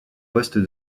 poste